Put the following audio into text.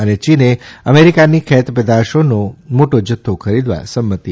અને ચીને અમેરિકાની ખેતપેદાશોનો મોટો જથ્થો ખરીદવા સંમંતિ આપી છે